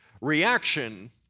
reaction